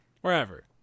Wherever